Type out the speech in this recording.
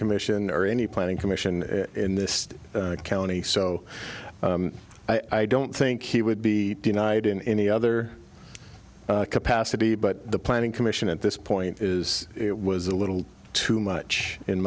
commission or any planning commission in this county so i don't think he would be denied in any other capacity but the planning commission at this point is it was a little too much